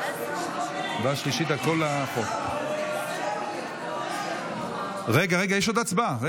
רגע, יש עוד הצבעה.